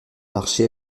marché